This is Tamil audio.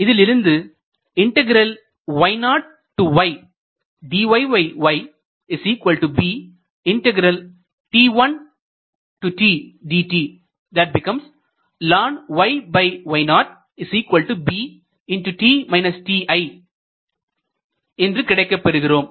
இதிலிருந்து இன்றும் கிடைக்கப் பெறுகிறோம்